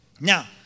Now